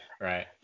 Right